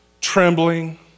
trembling